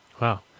Wow